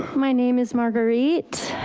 my name is marguerite.